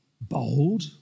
bold